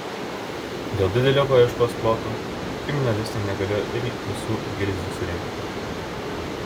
dėl didelio paieškos ploto kriminalistai negalėjo ir visų gilzių surinkti